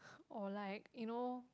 or like you know